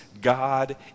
God